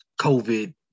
COVID